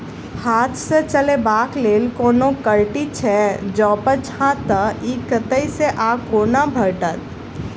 हाथ सऽ चलेबाक लेल कोनों कल्टी छै, जौंपच हाँ तऽ, इ कतह सऽ आ कोना भेटत?